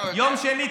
יום שני,